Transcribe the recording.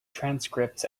transcripts